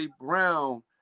Brown